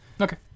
Okay